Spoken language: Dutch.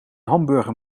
hamburger